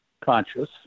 conscious